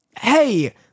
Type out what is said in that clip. hey